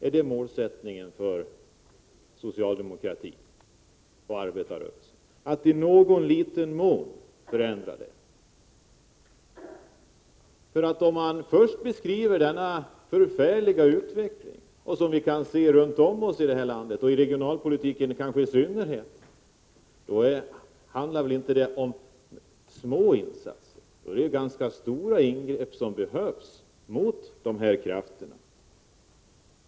Är det målsättningen för socialdemokratin och arbetarrörelsen att i någon liten mån ändra detta? Om man först beskriver denna förfärliga utveckling som vi kan se runt om i landet, i synnerhet när det gäller regionalpolitiken, då är det väl inte små insatser som behövs; då behövs det ganska stora ingrepp mot dessa krafter.